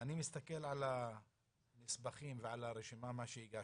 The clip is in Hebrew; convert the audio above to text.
אני מסתכל על הנספחים ועל הרשימה שהגשתם,